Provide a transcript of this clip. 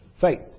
faith